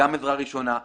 גם עזרה ראשונה.